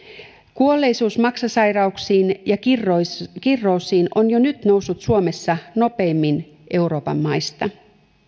kuolleisuus maksasairauksiin ja kirroosiin kirroosiin on jo nyt noussut suomessa nopeimmin euroopan maista